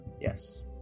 yes